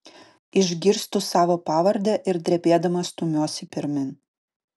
išgirstu savo pavardę ir drebėdama stumiuosi pirmyn